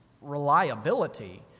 reliability